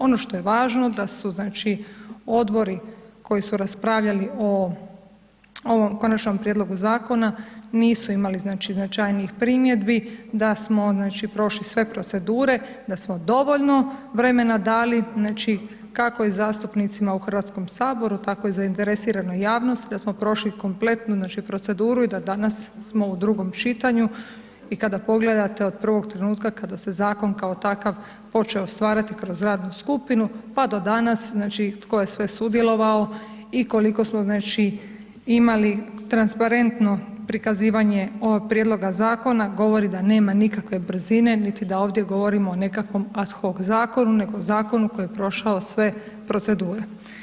Ono što je važno da su, znači Odbori, koji su raspravljali o ovom Konačnom prijedlogu Zakona nisu imali znači značajnijih primjedbi, da smo znači prošli sve procedure, da smo dovoljno vremena dali znači kako i zastupnicima u Hrvatskom saboru, tako i zainteresiranoj javnosti, da smo prošli kompletnu znači proceduru i da danas smo u drugom čitanju, i kada pogledate od prvog trenutka kada se Zakon kao takav počeo stvarati kroz radnu skupinu pa do danas znači tko je sve sudjelovao i koliko smo znači imali transparentno prikazivanje ovog Prijedloga Zakona, govori da nema nikakve brzine, niti da ovdje govorimo o nekakvom ad hoc Zakonu, nego Zakonu koji je prošao sve procedure.